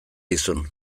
dizun